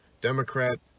Democrat